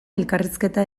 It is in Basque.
elkarrizketa